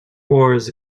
wars